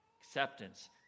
acceptance